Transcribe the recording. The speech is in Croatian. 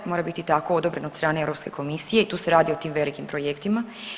Mora biti tako odobren od strane Europske komisije i tu se radi o tim velikim projektima.